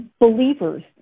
believers